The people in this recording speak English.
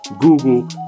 Google